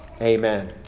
Amen